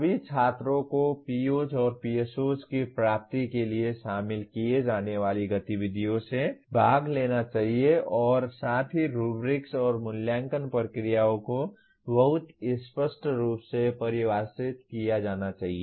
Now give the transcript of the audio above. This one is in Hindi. सभी छात्रों को POs और PSOs की प्राप्ति के लिए शामिल किए जाने वाली गतिविधियों में भाग लेना चाहिए और साथ ही रूब्रिक्स और मूल्यांकन प्रक्रियाओं को बहुत स्पष्ट रूप से परिभाषित किया जाना चाहिए